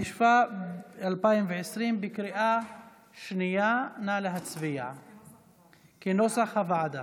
התשפ"א 2020, בקריאה שנייה, כנוסח הוועדה.